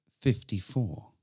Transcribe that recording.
fifty-four